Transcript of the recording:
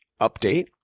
update